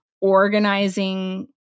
organizing